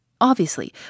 Obviously